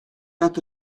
dat